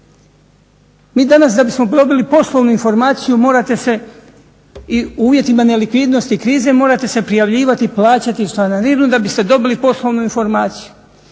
Mi danas da bismo dobili poslovnu informaciju morate se u uvjetima nelikvidnosti i krize morate se prijavljivati i plaćati članarinu da biste dobili poslovnu informaciju.